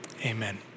amen